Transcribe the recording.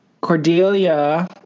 Cordelia